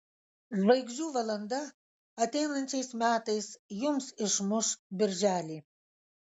žvaigždžių valanda ateinančiais metais jums išmuš birželį